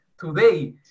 today